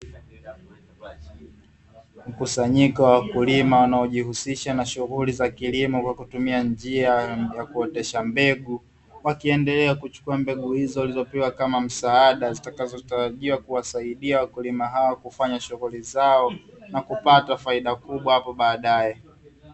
Mkusanyiko wa wakulima wanaushughulika na upandaji wa mbegu walizopewa kama msaada na kuweza kupata faida kubwa baadae